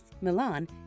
Milan